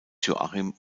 joachim